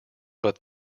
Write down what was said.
but